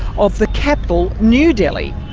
of the capital, new delhi,